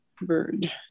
bird